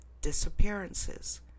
disappearances